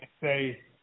say